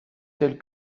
tels